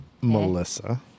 Melissa